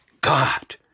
God